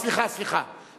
סליחה, סליחה.